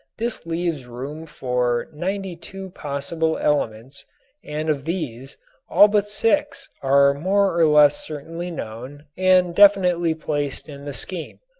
this leaves room for ninety two possible elements and of these all but six are more or less certainly known and definitely placed in the scheme.